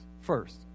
First